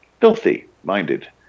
Filthy-minded